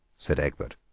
said egbert.